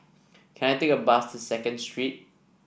can I take a bus to Second Street